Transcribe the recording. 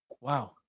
wow